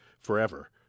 forever